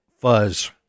fuzz